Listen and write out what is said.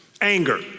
anger